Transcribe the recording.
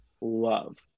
love